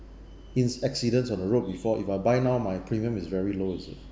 in accidents on the road before if I buy now my premium is very low is it